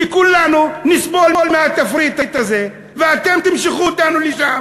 שכולנו נסבול מהתפריט הזה, ואתם תמשכו אותנו לשם.